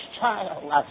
child